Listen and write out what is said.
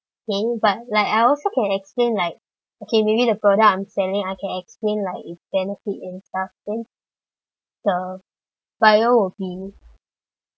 K but like I also can explain like okay maybe the product I'm sending I can explain like it's benefit and stuff then the buyer will be